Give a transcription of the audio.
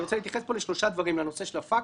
אני רוצה להתייחס פה לשלושה דברים: לנושא של הפקטור,